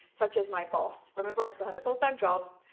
such as my boss, remember i still had a full time job,